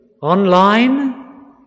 Online